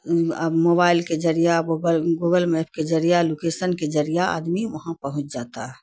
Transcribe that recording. اب موبائل کے ذریعہ گوگل گوگل میپ کے ذریعہ لوکیسن کے ذریعہ آدمی وہاں پہنچ جاتا ہے